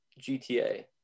GTA